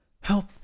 Help